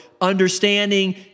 understanding